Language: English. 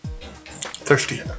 Thirsty